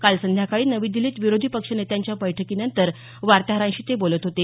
काल संध्याकाळी नवी दिल्लीत विरोधी पक्षनेत्यांच्या बैठकीनंतर ते वार्ताहरांशी बोलत होते